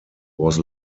was